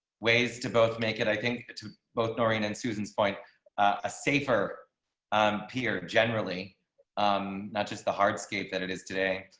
ways to both make it i think both doreen and susan's point a safer um peer generally um not just the hard scape than it is today.